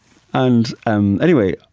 and um anyway,